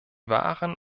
waren